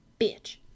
Bitch